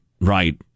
right